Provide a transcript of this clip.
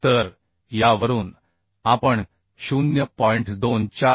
तर यावरून आपण 0